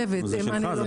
אימאן ח'טיב יאסין (רע"מ,